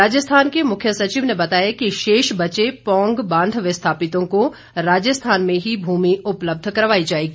राजस्थान के मुख्य सचिव ने बताया कि शेष बचे पौंग बांध विस्थापितों को राजस्थान में ही भूमि उपलब्ध करवाई जाएगी